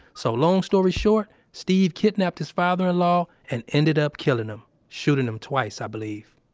so, long story short, steve kidnapped his father-in-law and ended up killing him, shooting him twice, i believe